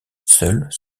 seuls